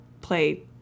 play